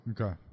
Okay